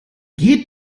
geht